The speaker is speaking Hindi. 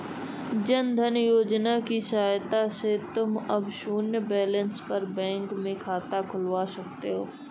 जन धन योजना की सहायता से तुम अब शून्य बैलेंस पर बैंक में खाता खुलवा सकते हो